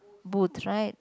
boot right